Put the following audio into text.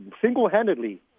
single-handedly